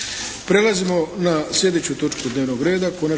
Prelazimo na slijedeću točku dnevnoga reda - Konačni